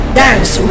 dance